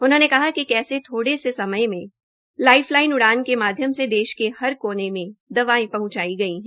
उन्होंने कहा कि कैसे थोड़े से समय मे लाईफ लाइन उड़ान के माध्यम से देश के हर कोने मे दवायें पहंचाई गई है